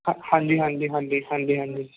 ਹਾਂਜੀ ਹਾਂਜੀ ਹਾਂਜੀ ਹਾਂਜੀ ਹਾਂਜੀ